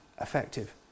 effective